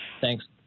Thanks